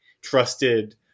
trusted